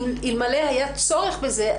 אלמלא היה צורך בזה,